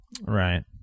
Right